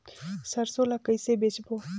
सरसो ला कइसे बेचबो?